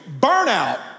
Burnout